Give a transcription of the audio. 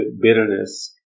bitterness